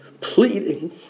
pleading